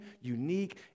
unique